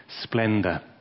splendor